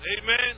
Amen